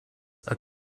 are